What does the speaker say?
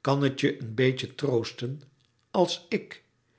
kan het je een beetje troosten als ik